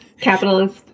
capitalist